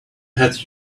hat